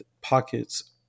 pockets